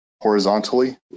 horizontally